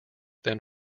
then